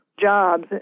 jobs